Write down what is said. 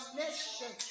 nation